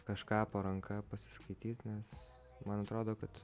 kažką po ranka pasiskaityt nes man atrodo kad